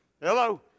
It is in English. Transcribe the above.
Hello